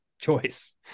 choice